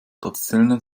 traditionellen